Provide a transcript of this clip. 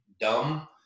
dumb